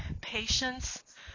patience